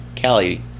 Callie